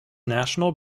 national